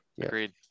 Agreed